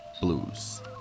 Blues